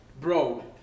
bro